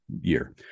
year